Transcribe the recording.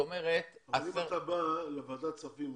אבל אם אתה בא לוועדת כספים,